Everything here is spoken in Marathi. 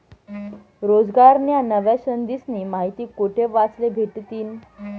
रोजगारन्या नव्या संधीस्नी माहिती कोठे वाचले भेटतीन?